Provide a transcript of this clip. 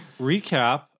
recap